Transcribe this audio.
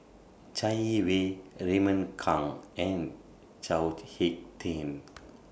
Chai Yee Wei Raymond Kang and Chao Hick Tin